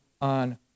on